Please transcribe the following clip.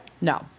No